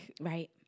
right